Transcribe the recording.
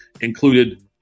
included